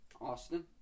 Austin